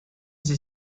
sie